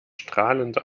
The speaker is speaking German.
strahlend